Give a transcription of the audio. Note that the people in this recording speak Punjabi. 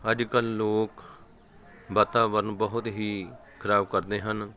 ਅੱਜ ਕੱਲ੍ਹ ਲੋਕ ਵਾਤਾਵਰਨ ਬਹੁਤ ਹੀ ਖਰਾਬ ਕਰਦੇ ਹਨ